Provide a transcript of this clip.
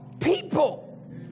people